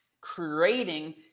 creating